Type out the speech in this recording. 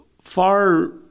far